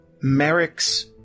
merrick's